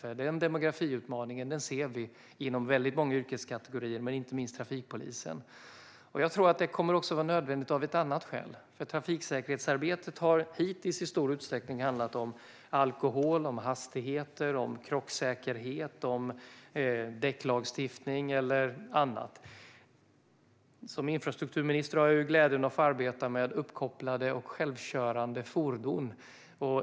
Det är en demografiutmaning; den ser vi inom många yrkeskategorier, inte minst trafikpolisen. Jag tror att det är nödvändigt också av ett annat skäl. Trafiksäkerhetsarbetet har hittills i stor utsträckning handlat om alkohol, hastigheter, krocksäkerhet, däcklagstiftning och så vidare. I mitt arbete som infrastrukturminister har jag glädjen att få se uppkopplade och självkörande fordon.